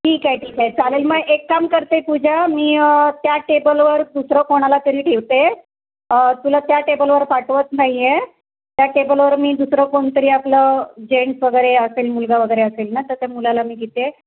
ठीक आहे ठीक आहे चालेल मग एक काम करते पूजा मी त्या टेबलवर दुसरं कोणाला तरी ठेवते तुला त्या टेबलवर पाठवत नाही आहे त्या टेबलवर मी दुसरं कोणीतरी आपलं जेंटस वगैरे असेल मुलगा वगैरे असेल ना तर त्या मुलाला मी घेते